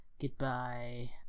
Goodbye